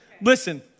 Listen